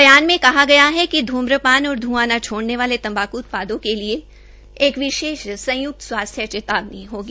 बयान में कहा गया है ध्रम्रपान और ध्रआ न छोड़ने न वाले तम्बाक् उत्पादों के लिए एक विशेष संयुक्त स्वास्थ्य चेतावनी होगी